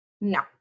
No